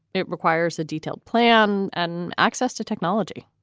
it requires a detailed plan and access to technology.